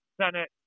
Senate